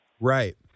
Right